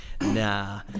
nah